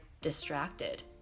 distracted